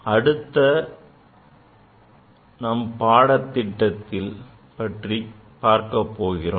அடுத்து நாம் பாடத்திட்டம் பற்றி பார்க்கப்போகிறோம்